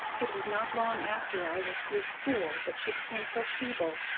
it was not long after i was through school that she became so feeble,